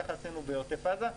ככה עשינו בעוטף עזה.